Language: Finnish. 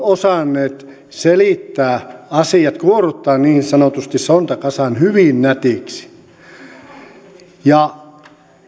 osanneet selittää asiat kuorruttaa niin sanotusti sontakasan hyvin nätiksi